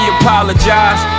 apologize